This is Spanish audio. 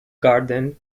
garden